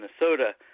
Minnesota